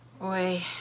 boy